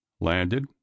landed